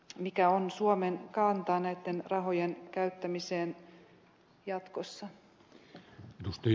se mikä on suomen kanta näitten rahojen arvoisa puhemies